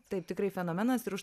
taip tikrai fenomenas ir už